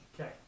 Okay